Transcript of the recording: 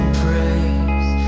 praise